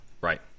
Right